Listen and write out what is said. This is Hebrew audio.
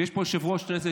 ויש פה יושב-ראש כנסת,